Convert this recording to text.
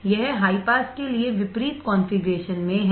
यह high pass के लिए विपरीत कॉन्फ़िगरेशन में है